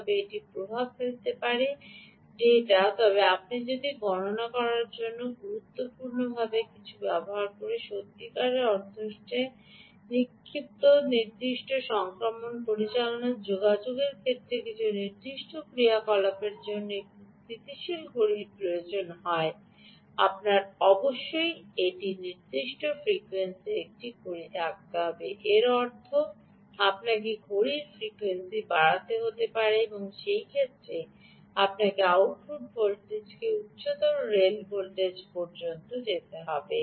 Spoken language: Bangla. তবে এটি প্রভাব ফেলবে ডেটা তবে আপনি যদি গণনা করার জন্য খুব গুরুত্বপূর্ণ কিছু করছেন বা আপনার কাছে সত্যিকার অর্থে নির্দিষ্ট সংক্রমণ পরিচালনার জন্য বা যোগাযোগের ক্ষেত্রে কিছু নির্দিষ্ট ক্রিয়াকলাপের জন্য একটি স্থিতিশীল ঘড়ি প্রয়োজন হয় আপনার অবশ্যই একটি নির্দিষ্ট ফ্রিকোয়েন্সি এর একটি ঘড়ি থাকতে হবে এর অর্থ আপনাকে ঘড়ির ফ্রিকোয়েন্সি বাড়াতে হতে পারে সেই ক্ষেত্রে আপনাকে আউটপুট ভোল্টেজকে উচ্চতর রেল ভোল্টেজ পর্যন্ত যেতে হবে